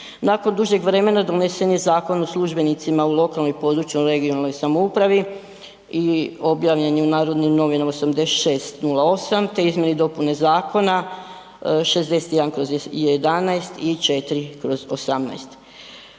Nakon dužeg vremena donesen je Zakon o službenicima u lokalnoj i područnoj (regionalnoj) samoupravi i objavljen je u Narodnim novinama 86/08 te izmjene i dopune Zakona 61/11 i 4/18.